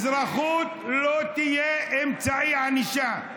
אזרחות לא תהיה אמצעי ענישה.